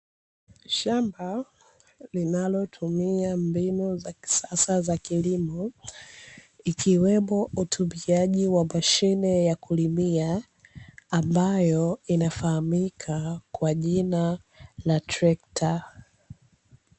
Shamba linalotumia mbinu za kisasa za kilimo, ikiwemo utumbiaji wa mashine ya kulimia ambayo inafahamika kwa jina la trekta.